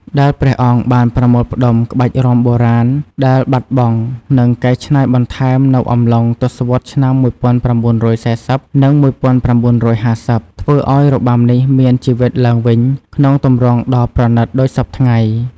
ដែលព្រះអង្គបានប្រមូលផ្ដុំក្បាច់រាំបុរាណដែលបាត់បង់ និងកែច្នៃបន្ថែមនៅអំឡុងទសវត្សរ៍ឆ្នាំ ១៩៤០ និង ១៩៥០ ធ្វើឱ្យរបាំនេះមានជីវិតឡើងវិញក្នុងទម្រង់ដ៏ប្រណីតដូចសព្វថ្ងៃ។